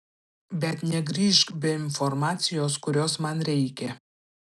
bet negrįžk be informacijos kurios man reikia